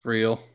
Real